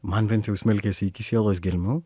man bent jau smelkiasi iki sielos gelmių